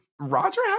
Roger